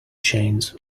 chains